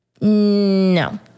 no